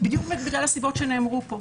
בגלל הסיבות שנאמרו פה.